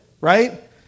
right